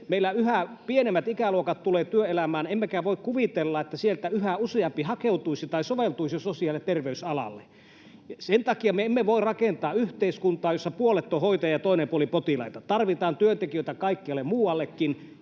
Meillä yhä pienemmät ikäluokat tulevat työelämään, emmekä voi kuvitella, että sieltä yhä useampi hakeutuisi tai soveltuisi sosiaali- ja terveysalalle. Sen takia me emme voi rakentaa yhteiskuntaa, jossa puolet on hoitajia ja toinen puoli potilaita. Tarvitaan työntekijöitä kaikkialle muuallekin,